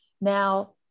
now